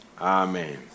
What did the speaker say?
Amen